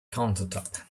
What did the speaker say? countertop